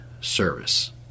service